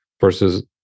versus